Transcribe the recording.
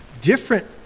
different